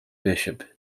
bishop